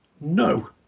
no